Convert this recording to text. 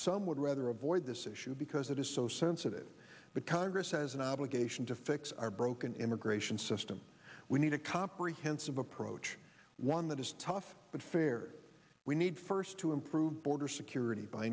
some would rather avoid this issue because it is so sensitive but congress has an obligation to fix our broken immigration system we need a comprehensive approach one that is tough but fair we need first to improve border security by